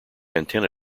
antenna